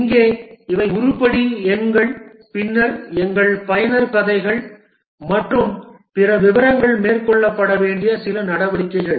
இங்கே இவை உருப்படி எண்கள் பின்னர் எங்கள் பயனர் கதைகள் மற்றும் பிற விவரங்கள் மேற்கொள்ளப்பட வேண்டிய சில நடவடிக்கைகள்